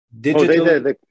Digital